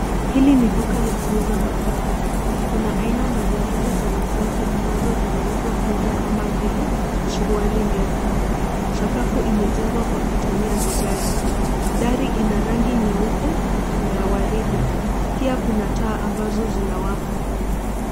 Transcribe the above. Hili ni duka la kuuza mavazi. Kuna aina mbalimbali za mavazi ambazo zinauzwa humu kama vile suruali ndefu. Sakafu imejengwa kwa kutumia vigae. Dari ina rangi nyeupe na ya waridi pia kuna taa ambazo zinawaka.